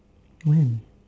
when